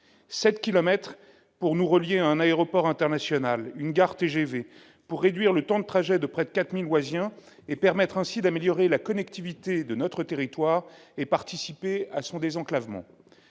pour nous relier à un aéroport international, une gare TGV, pour réduire le temps de trajets de près de 4 000 Oisiens et permettre ainsi d'améliorer la connectivité de notre territoire et participer à son désenclavement.